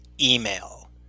email